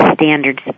standards